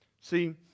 See